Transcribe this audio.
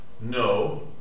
No